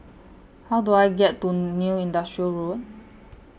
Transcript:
How Do I get to New Industrial Road